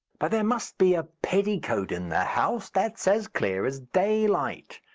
but there must be a petticoat in the house that's as clear as daylight.